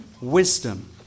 wisdom